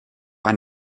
ein